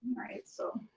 right. so.